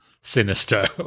sinister